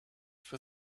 for